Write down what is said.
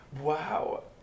wow